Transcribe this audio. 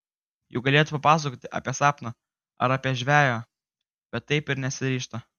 juk galėtų papasakoti apie sapną ar apie žveję bet taip ir nesiryžta